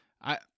I-